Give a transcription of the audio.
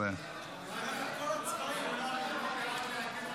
חרבות ברזל) (תיקון),